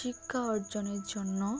শিক্ষা অর্জনের জন্য